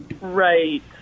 right